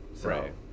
Right